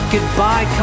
Goodbye